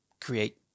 create